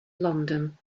london